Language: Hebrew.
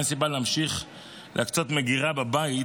אין סיבה להמשיך להקצות מגירה בבית